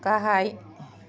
गाहाय